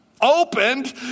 opened